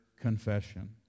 confession